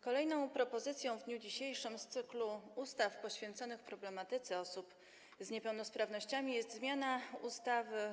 Kolejną propozycją w dniu dzisiejszym z cyklu ustaw poświęconych problematyce osób z niepełnosprawnościami jest zmiana ustaw: